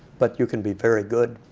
but you can be very good.